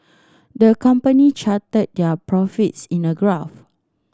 the company charted their profits in a graph